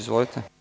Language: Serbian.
Izvolite.